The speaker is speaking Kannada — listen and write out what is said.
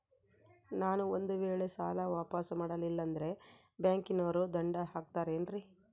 ನಾನು ಒಂದು ವೇಳೆ ಸಾಲ ವಾಪಾಸ್ಸು ಮಾಡಲಿಲ್ಲಂದ್ರೆ ಬ್ಯಾಂಕನೋರು ದಂಡ ಹಾಕತ್ತಾರೇನ್ರಿ?